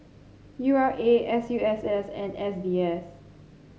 U R A S U S S and S B S